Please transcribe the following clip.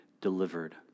delivered